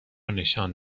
نشان